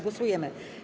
Głosujemy.